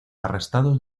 arrestados